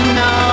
no